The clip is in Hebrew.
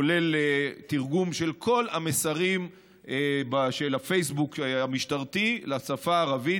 כולל בתרגום של כל המסרים של הפייסבוק המשטרתי לשפה הערבית,